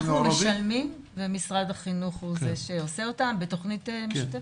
אנחנו משלמים ומשרד החינוך הוא זה שעושה אותם בתוכנית משותפת.